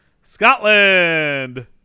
Scotland